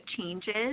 changes